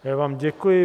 Já vám děkuji.